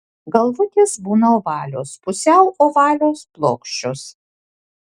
galvutės būna ovalios pusiau ovalios plokščios